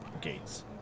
gates